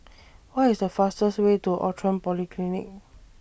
What IS The fastest Way to Outram Polyclinic